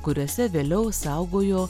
kuriose vėliau saugojo